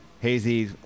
Hazy